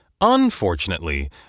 Unfortunately